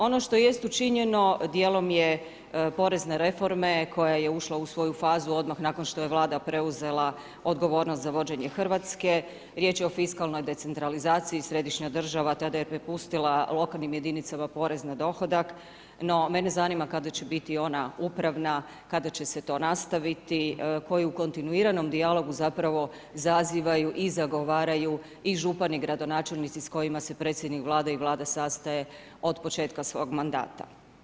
Ono što jest učinjeno, dijelom je porezne reforme, koja je ušla u svoju fazu, odmah nakon što je Vlada preuzela odgovornost za vođenje Hrvatske, riječ je o fiskalnoj decentralizacija i središnja država tada je prepustila lokalnim jedinicama porez na dohodak, no mene zanima, kada će biti ona upravna, kada će se to nastaviti, koji u kontinuiranom dijalogu, zapravo izazivaju i zagovaraju i župani i gradonačelnici, s kojima se predsjednik Vlade i Vlada sastaje od početka svog mandata.